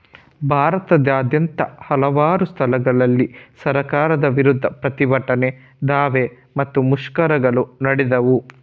ಭಾರತದಾದ್ಯಂತ ಹಲವಾರು ಸ್ಥಳಗಳಲ್ಲಿ ಸರ್ಕಾರದ ವಿರುದ್ಧ ಪ್ರತಿಭಟನೆ, ದಾವೆ ಮತ್ತೆ ಮುಷ್ಕರಗಳು ನಡೆದವು